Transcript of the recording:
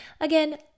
Again